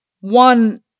One